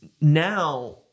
now